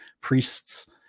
priests